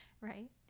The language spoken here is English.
Right